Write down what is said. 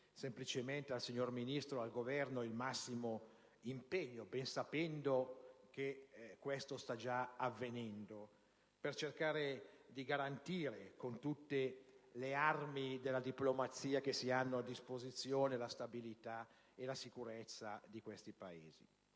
semplicemente al signor Ministro e al Governo il massimo impegno, nella piena consapevolezza che ciò sta già avvenendo, per cercare di garantire con tutte le armi della diplomazia che si hanno a disposizione la stabilità e la sicurezza di questi Paesi.